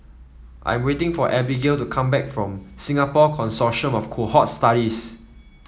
I am waiting for Abigayle to come back from Singapore Consortium of Cohort Studies